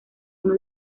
uno